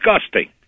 disgusting